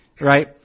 Right